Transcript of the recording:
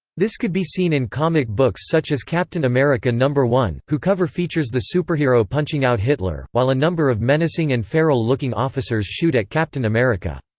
this could be seen in comic books such as captain america no. one, who cover features the superhero punching out hitler, while a number of menacing and feral looking officers shoot at captain america.